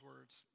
words